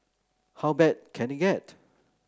how bad can it get